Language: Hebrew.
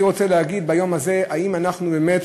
אני רוצה להגיד ביום הזה: האם אנחנו באמת